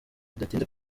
bidatinze